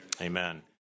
Amen